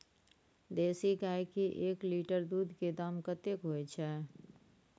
देसी गाय के एक लीटर दूध के दाम कतेक होय छै?